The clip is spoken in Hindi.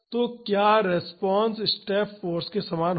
तो क्या रिस्पांस स्टेप फाॅर्स के समान होगा